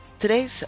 Today's